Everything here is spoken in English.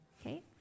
Okay